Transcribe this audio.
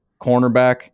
cornerback